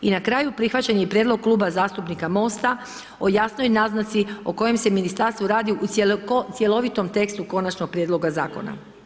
I na kraju prihvaćen je i prijedlog Kluba zastupnika MOST-a o jasnoj naznaci o kojem se ministarstvu radi u cjelovitom tekstu konačnog prijedloga zakona.